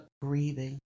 breathing